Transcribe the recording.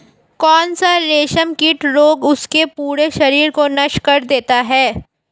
कौन सा रेशमकीट रोग उसके पूरे शरीर को नष्ट कर देता है?